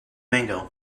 mango